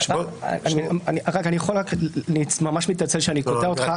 אני ממש מתנצל שאני קוטע אותך.